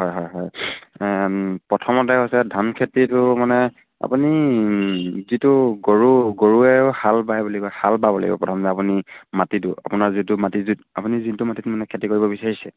হয় হয় হয় প্ৰথমতে হৈছে ধান খেতিটো মানে আপুনি যিটো গৰু গৰুৱেও হাল বায় বুলি হাল বাব লাগিব প্ৰথমে আপুনি মাটিটো আপোনাৰ যিটো মাটি য আপুনি যিটো মাটিত মানে খেতি কৰিব বিচাৰিছে